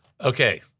Okay